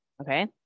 Okay